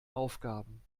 aufgaben